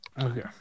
Okay